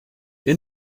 you